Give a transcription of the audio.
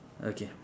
okay